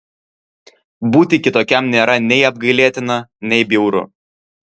būti kitokiam nėra nei apgailėtina nei bjauru